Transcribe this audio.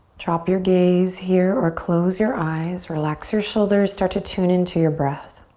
drop your gaze here or close your eyes, relax your shoulders, start to tune into your breath.